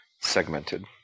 segmented